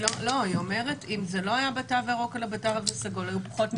היא אומרת שאם זה לא היה בתו הירוק אלא בתו הסגול היו פחות משתתפים.